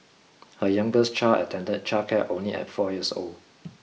her youngest child attended childcare only at four years old